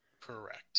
Correct